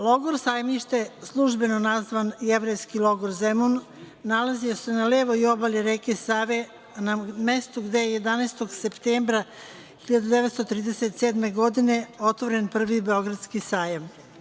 Logor „Sajmište“, službeno nazvan „Jevrejski logor Zemun“ nalazio se na levoj obali reke Save, na mestu gde je 11. septembra 1937. godine otvoren prvi Beogradski sajam.